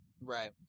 Right